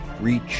reach